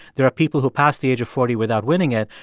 there are people who pass the age of forty without winning it.